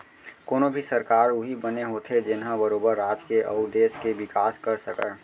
कोनो भी सरकार उही बने होथे जेनहा बरोबर राज के अउ देस के बिकास कर सकय